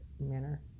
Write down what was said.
manner